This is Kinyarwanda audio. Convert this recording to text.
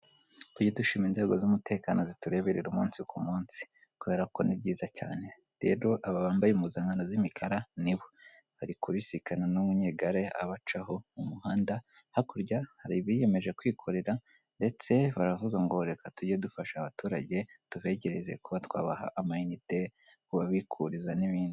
Tujye dushima inzego z'umutekano zitureberera umunsi ku munsi kubera ko ni byiza cyane, rero aba bambaye impuzankano z'imikara nibo, bari kubisikana n'umunyegare abacaho mu muhanda. Hakurya hari biyemeje kwikorera ndetse baravuga ngo reka tujye dufasha abaturage tubegereze kuba twabaha amanite ku kubabikuriza n'ibindi.